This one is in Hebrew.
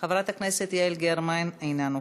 חברת הכנסת יעל גרמן, אינה נוכחת.